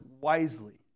wisely